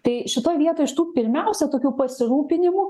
tai šitoj vietoj iš tų pirmiausia tokių pasirūpinimų